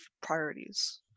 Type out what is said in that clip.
priorities